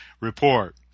report